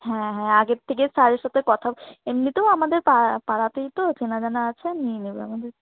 হ্যাঁ হ্যাঁ আগের থেকে স্যারের সাথে কথা বলে এমনিতেও আমাদের পা পাড়াতেই তো চেনা জানা আছে নিয়ে নেবে আমাদের